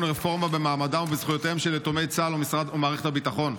רפורמה במעמדם ובזכויותיהם של יתומי צה"ל ומערכת הביטחון.